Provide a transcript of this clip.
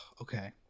Okay